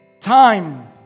time